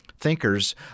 thinkers